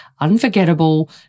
unforgettable